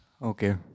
Okay